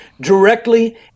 directly